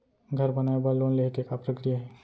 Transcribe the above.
घर बनाये बर लोन लेहे के का प्रक्रिया हे?